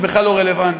זה בכלל לא רלוונטי.